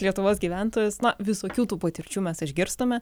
lietuvos gyventojus nuo visokių tų patirčių mes išgirstame